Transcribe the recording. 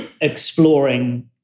exploring